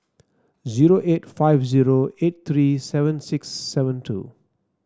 zero eight five zero eight three seven six seven two